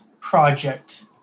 project